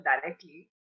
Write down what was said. directly